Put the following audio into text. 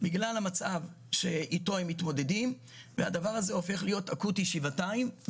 בגלל המצב אתו הם מתמודדים והדבר הזה הופך להיות אקוטי שבעתיים.